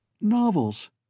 Novels